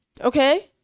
okay